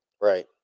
Right